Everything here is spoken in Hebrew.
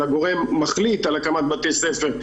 אלא גורם מחליט על הקמת בתי ספר,